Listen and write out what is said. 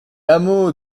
hameaux